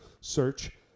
search